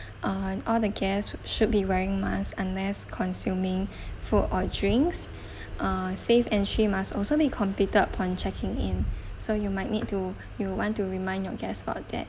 err all the guests should be wearing masks unless consuming food or drinks uh safe entry must also be completed upon checking in so you might need to you want to remind your guests about that